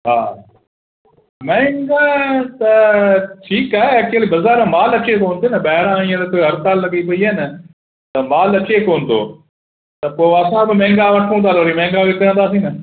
हा महांगा त ठीकु आहे बाज़ारि मां माल अचे कोन पियो न ॿाहिरां हींअर हड़ताल लॻी पई आहे न त माल अचे कोन थो त पोइ असां बि महांगा वठूं था त वरी महांगा विकिणींदासीं न